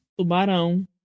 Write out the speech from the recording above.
Tubarão